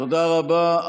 תודה רבה.